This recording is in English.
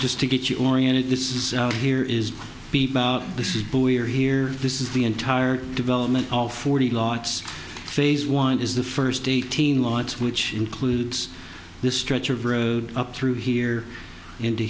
just to get you oriented this is here is this is but we are here this is the entire development of forty law it's phase one is the first eighteen lots which includes this stretch of road up through here into